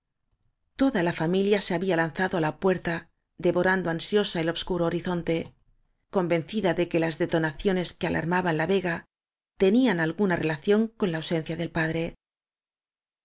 toda la familia se había lanzado á la puerta devorando ansiosa el obscuro horizonte con vencida de que las detonaciones que alarma ban la vega tenían alguna relación con la au sencia del padre